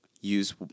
use